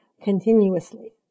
continuously